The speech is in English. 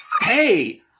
hey